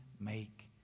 make